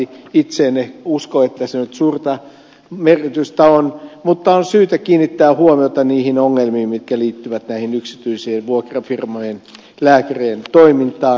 itse en usko että sillä nyt suurta merkitystä on mutta on syytä kiinnittää huomiota niihin ongelmiin mitkä liittyvät näihin yksityisten vuokrafirmojen lääkärien toimintaan